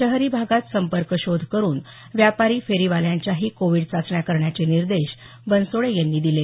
शहरी भागात संपर्क शोध करुन व्यापारी फेरीवाल्यांच्याही कोव्हिड चाचण्या करण्याचे निर्देश बनसोडे यांनी दिले